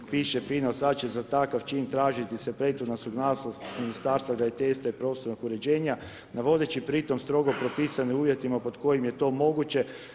Piše fino sada će za takav čin tražiti se prethodna suglasnost Ministarstva graditeljstva i prostornog uređenja, navodeći pri tom strogo propisane uvjete pod kojima je to moguće.